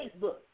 Facebook